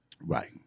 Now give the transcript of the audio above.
Right